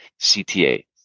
CTA